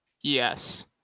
Yes